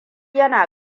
yana